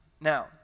Now